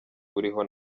buriho